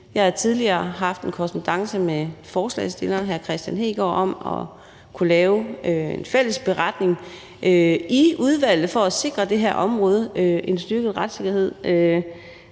Jeg har tidligere haft en korrespondance med forslagsstilleren, hr. Kristian Hegaard, om at kunne lave en fælles beretning i udvalget for at sikre det her område en styrket retssikkerhed,